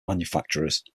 manufacturers